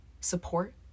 support